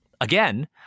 Again